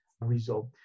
resolve